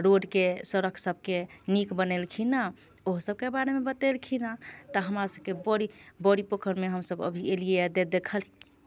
रोडके सड़क सभके नीक बनेलखिन हेँ ओहो सभके बारेमे बतेलखिन हेँ तऽ हमरा सभके बड़ी बड़ी पोखरिमे हम सभ अभी एलियै तऽ देखल